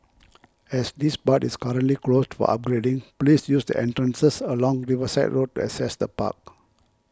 as this part is currently closed for upgrading please use the entrances along Riverside Road access the park